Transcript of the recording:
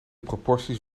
proporties